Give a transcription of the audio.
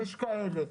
יש כאלה,